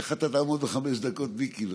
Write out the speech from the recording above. איך אתה תעמוד בחמש דקות, מיקי?